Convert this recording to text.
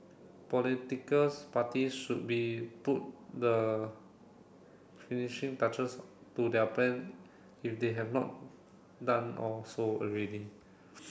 politicals parties should be put the finishing touches to their plan if they have not done or so already